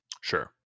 Sure